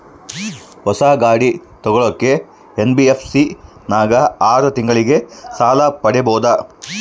ಹೊಸ ಗಾಡಿ ತೋಗೊಳಕ್ಕೆ ಎನ್.ಬಿ.ಎಫ್.ಸಿ ನಾಗ ಆರು ತಿಂಗಳಿಗೆ ಸಾಲ ಪಡೇಬೋದ?